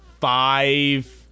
five